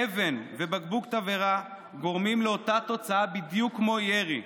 אבן ובקבוק תבערה גורמים לאותה תוצאה בדיוק כמו ירי.